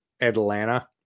atlanta